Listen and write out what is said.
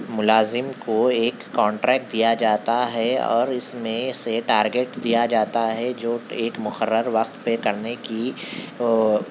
ملازم کو ایک کونٹریکٹ دیا جاتا ہے اور اِس میں سے ٹارگیٹ دیا جاتا ہے جو ایک مقرر وقت پہ کرنے کی اور